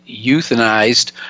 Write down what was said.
euthanized